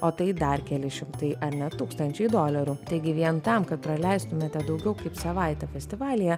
o tai dar keli šimtai ar net tūkstančiai dolerių taigi vien tam kad praleistumėte daugiau kaip savaitę festivalyje